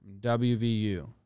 WVU